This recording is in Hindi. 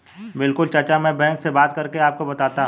बिल्कुल चाचा में बैंक से बात करके आपको बताता हूं